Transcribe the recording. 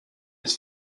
his